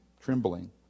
trembling